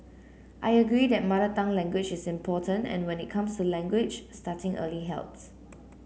I agree that mother tongue language is important and when it comes to language starting early helps